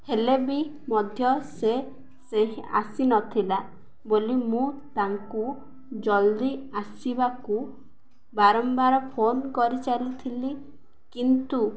ହେଲେ ବି ମଧ୍ୟ ସେ ସେହି ଆସିନଥିଲା ବୋଲି ମୁଁ ତାଙ୍କୁ ଜଲ୍ଦି ଆସିବାକୁ ବାରମ୍ବାର ଫୋନ୍ କରିଚାରି ଥିଲି କିନ୍ତୁ